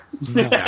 No